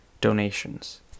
donations